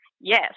Yes